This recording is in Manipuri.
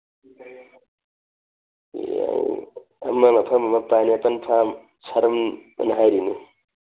ꯄꯥꯏꯅꯦꯄꯜ ꯐꯥꯝ ꯁꯔꯝꯑꯅ ꯍꯥꯏꯔꯤꯅꯦ